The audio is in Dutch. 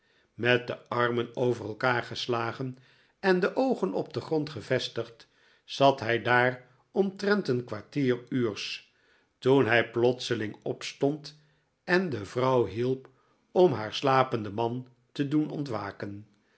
met de armen over elkander geslagen en de oogen op den grond gevestigd zat hij daar omtrent een kwartier uurs toen hij plotseling opstond en de vrouw hielp om haar slapenden man te doen ontwaken